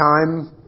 time